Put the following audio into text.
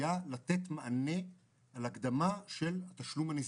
הרעיון היה לתת מענה להקדמת התשלום הנזיקי.